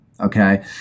Okay